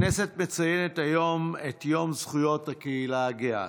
הכנסת מציינת היום את יום זכויות הקהילה הגאה,